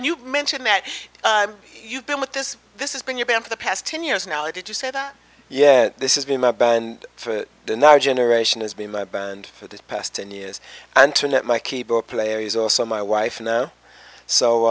band you mentioned that you've been with this this has been your band for the past ten years now did you say that yeah this is been about and for the now generation has been my band for the past ten years and to let my keyboard player is also my wife now so